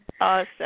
Awesome